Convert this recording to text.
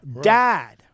dad